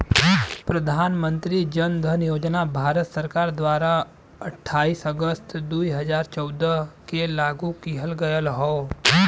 प्रधान मंत्री जन धन योजना भारत सरकार द्वारा अठाईस अगस्त दुई हजार चौदह के लागू किहल गयल हौ